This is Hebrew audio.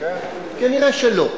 כנראה שלא.